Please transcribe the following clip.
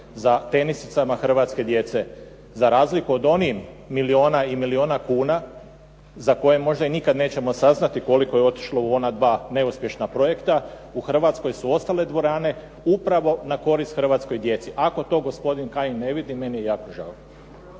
za tenisicama hrvatske djece. Za razliku od onih milijuna i milijuna kuna, za koje možda nikada nećemo saznati koliko je otišlo u ona dva neuspješna projekta u Hrvatskoj su ostale dvorane upravo na korist hrvatskoj djeci. Ako to gospodin Kajin ne vidi, meni je jako žao.